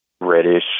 reddish